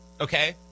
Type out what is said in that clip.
okay